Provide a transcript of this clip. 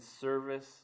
service